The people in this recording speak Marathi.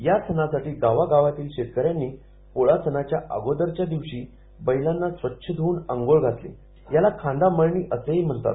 या सणासाठी गावा गावातील शेतकऱ्यांनी पोळा सणाच्या अगोदरच्या दिवशी बैलांना स्वच्छ धुवून आंघोळ घातली याला खांदामळणी असं ही म्हणतात